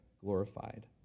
glorified